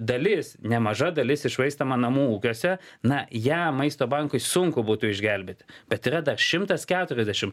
dalis nemaža dalis iššvaistoma namų ūkiuose na ją maisto bankui sunku būtų išgelbėti bet yra dar šimtas keturiasdešimt